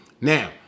now